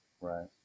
right